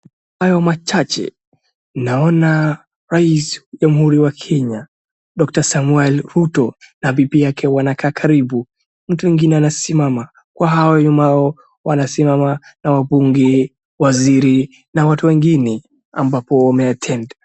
Kwa hayo machache, naona rais wa jamuhuri ya Kenya Doctor Samoiei Ruto na bibi yake wanakaaa karibu. Mtu mwengine anasimama, kwa hao nyuma yake wanasimama na wambunge, waziri na watu wengine ambapo wameattend